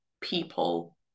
people